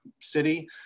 city